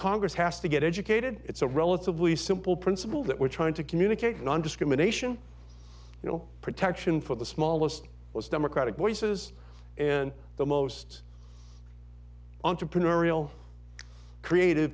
congress has to get educated it's a relatively simple principle that we're trying to communicate nondiscrimination you know protection for the smallest was democratic voices and the most entrepreneurial creative